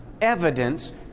evidence